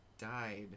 died